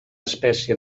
espècie